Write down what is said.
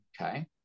okay